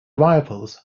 rivals